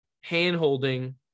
hand-holding